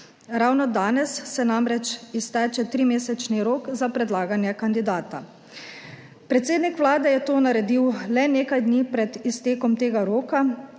Ravno danes se namreč izteče trimesečni rok za predlaganje kandidata. Predsednik Vlade je to naredil le nekaj dni pred iztekom tega roka.